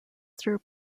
through